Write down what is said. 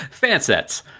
Fansets